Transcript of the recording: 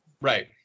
Right